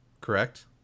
Correct